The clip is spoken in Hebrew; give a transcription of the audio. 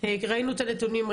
כי ראינו את הנתונים,